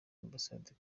ambasade